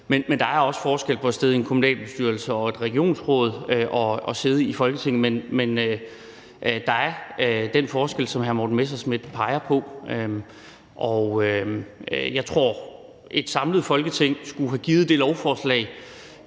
men der er også forskel på at sidde i en kommunalbestyrelse og et regionsråd og så sidde i Folketinget. Der er den forskel, som hr. Morten Messerschmidt peger på. Og jeg tror, at et samlet Folketing i 2018 skulle have givet det lovforslag,